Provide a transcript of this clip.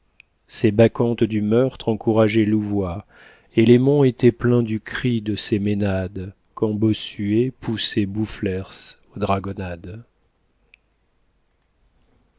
ces bacchantes du meurtre encourageaient louvois et les monts étaient pleins du cri de ces ménades quand bossuet poussait